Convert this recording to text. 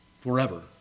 Forever